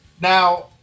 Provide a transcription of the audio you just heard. Now